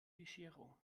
bescherung